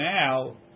now